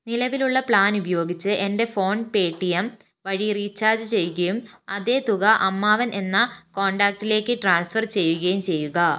നിലവിലുള്ള പ്ലാൻ ഉപയോഗിച്ച് എൻ്റെ ഫോൺ പേ ടി എം വഴി റീചാർജ് ചെയ്യുകയും അതേ തുക അമ്മാവൻ എന്ന കോൺടാക്റ്റിലേക്ക് ട്രാൻസ്ഫർ ചെയ്യുകയും ചെയ്യുക